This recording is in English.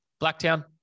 Blacktown